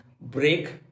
break